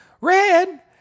Red